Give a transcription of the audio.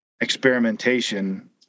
experimentation